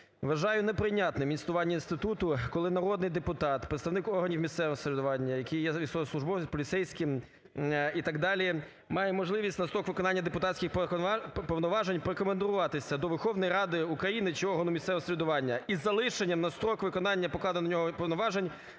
Вважаю не прийнятним існування інституту, коли народний депутат, представник органів місцевого самоврядування, який є військовослужбовець, поліцейський і так далі має можливість на строк виконання депутатських повноважень прикомандируватися до Верховної Ради України чи органів місцевого самоврядування із залишенням на строк виконання покладених на нього повноважень